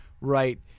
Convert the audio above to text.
right